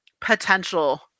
potential